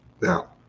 Now